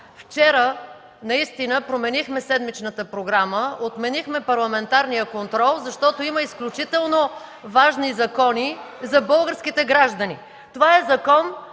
Вчера наистина променихме седмичната програма. Отменихме парламентарния контрол, защото има изключително важни закони за българските граждани. Това е закон,